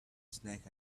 snack